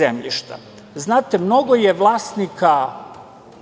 zemljišta. Znate, mnogo je vlasnika